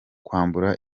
kwambura